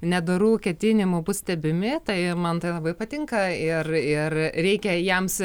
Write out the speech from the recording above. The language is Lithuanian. nedorų ketinimų bus stebimi tai man tai labai patinka ir ir reikia jiems